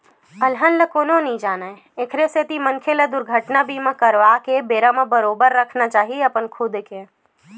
अलहन ल कोनो नइ जानय एखरे सेती मनखे ल दुरघटना बीमा करवाके बेरा म बरोबर रखना चाही अपन खुद के